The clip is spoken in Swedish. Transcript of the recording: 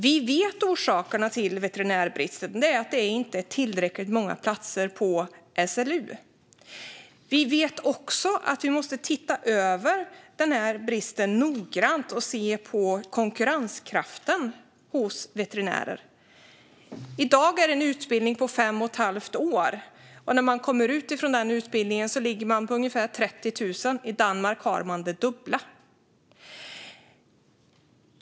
Vi vet vad som orsakat veterinärbristen: Det finns inte tillräckligt många platser på SLU. Vi vet också att vi måste se över bristen noggrant och titta på veterinärers konkurrenskraft. I dag är det en utbildning på fem och ett halvt år. När man kommer ut från utbildningen ligger lönen på ungefär 30 000; i Danmark är den det dubbla.